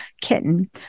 kitten